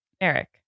Eric